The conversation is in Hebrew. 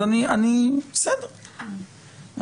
בסדר,